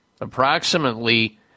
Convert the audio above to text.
Approximately